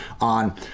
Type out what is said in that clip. on